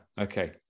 Okay